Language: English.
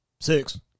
six